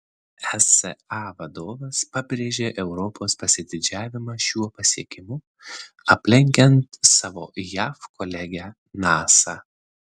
esa vadovas pabrėžė europos pasididžiavimą šiuo pasiekimu aplenkiant savo jav kolegę nasa